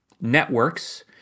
networks